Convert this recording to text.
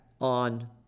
on